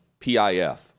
PIF